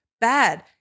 bad